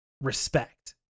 respect